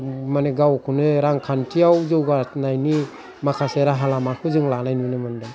माने गावखौनो रांखान्थियाव जौगानायनि माखासे राहा लामाखौ जों लानाय नुनो मोनदों